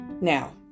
Now